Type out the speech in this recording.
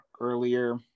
earlier